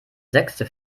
sechste